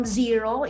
zero